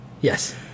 Yes